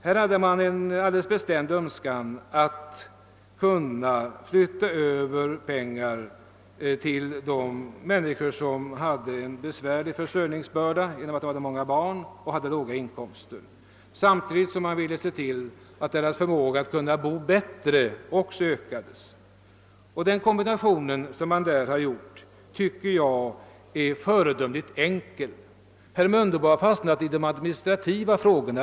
Man hade en alldeles bestämd önskan att kunna flytta över pengar till människor som hade en tung försörjningsbörda på grund av att de hade många barn och låga inkomster. Samtidigt ville man se till att de fick möjligheter att bo bättre. Den kombination som gjorts är föredömligt enkel, enligt min uppfattning. Herr Mundebo har fastnat i de administrativa frågorna.